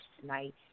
tonight